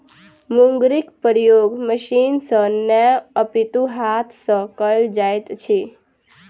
मुंगरीक प्रयोग मशीन सॅ नै अपितु हाथ सॅ कयल जाइत अछि